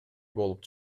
болуп